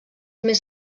més